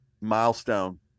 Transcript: milestone